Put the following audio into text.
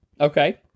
Okay